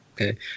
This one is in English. Okay